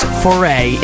foray